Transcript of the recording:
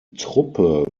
truppe